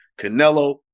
Canelo